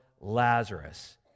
Lazarus